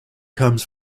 comes